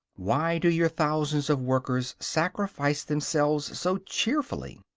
why do your thousands of workers sacrifice themselves so cheerfully?